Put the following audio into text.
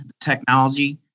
technology